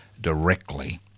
directly